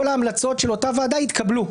כל ההמלצות של אותה ועדה התקבלו.